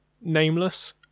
nameless